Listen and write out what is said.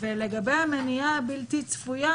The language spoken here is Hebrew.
ולגבי המניעה הבלתי צפויה,